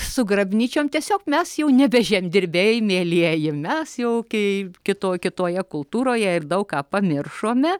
su grabnyčiom tiesiog mes jau nebe žemdirbiai mielieji mes jau kai kito kitoje kultūroje ir daug ką pamiršome